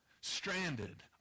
Stranded